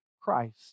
Christ